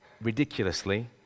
ridiculously